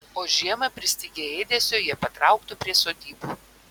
o žiemą pristigę ėdesio jie patrauktų prie sodybų